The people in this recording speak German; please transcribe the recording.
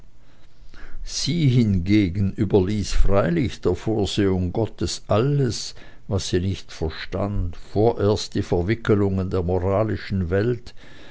sie hingegen überließ freilich der vorsehung gottes alles was sie nicht verstand vorerst die verwickelungen der moralischen welt